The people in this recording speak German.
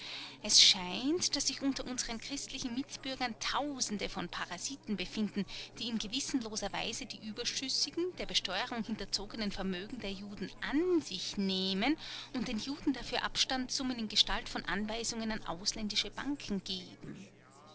es scheint daß sich unter unseren christlichen mitbürgern tausende von parasiten befinden die in gewissenloser weise die überschüssigen der besteuerung hinterzogenen vermögen der juden an sich nehmen und den juden dafür abstandsummen in gestalt von anweisungen an ausländische banken geben